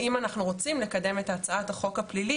האם אנחנו רוצים לקדם את הצעת החוק הפלילי